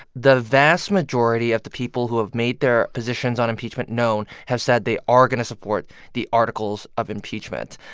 the vast majority of the people who have made their positions on impeachment known have said they are going to support the articles of impeachment.